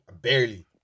barely